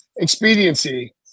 expediency